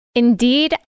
Indeed